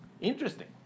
Interesting